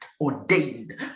ordained